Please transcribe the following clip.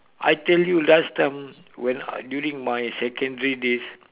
I tell you last time when during my secondary days